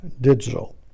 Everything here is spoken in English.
digital